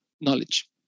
knowledge